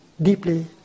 Deeply